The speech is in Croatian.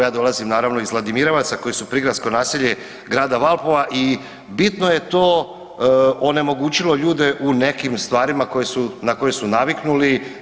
Ja dolazim naravno iz Ladimirovaca koji su prigradsko naselje Grada Valpova i bitno je to onemogućilo ljude u nekim stvarima na koje su naviknuli.